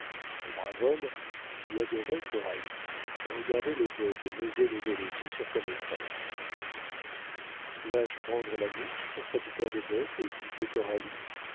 le brave homme qui adorait coralie regardait les bottes et n'osait lever les yeux sur sa maîtresse dois-je prendre la mouche pour cette paire de bottes et quitter